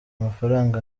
mafaranga